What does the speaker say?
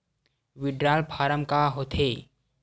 withdrawal form का होथेय